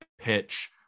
pitch